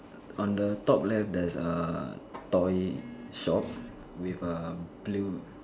on on the top left there is a toy shop with a blue